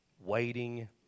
Waiting